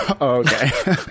Okay